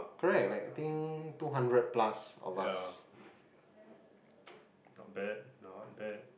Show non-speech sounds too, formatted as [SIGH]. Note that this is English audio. ya [NOISE] not bad not bad